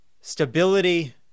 stability